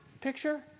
Picture